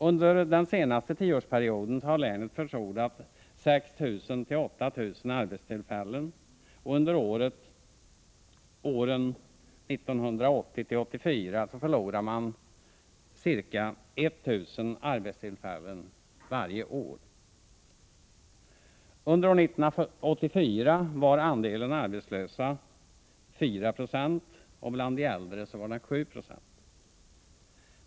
Under den senaste tioårsperioden har länet förlorat 6 000-8 000 arbetstillfällen, och under åren 1980-1984 förlorades ca 1 000 arbetstillfällen varje år. Under år 1984 var andelen arbetslösa 4 90, bland de äldre hela 7 90.